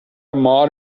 مار